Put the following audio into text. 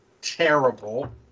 terrible